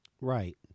Right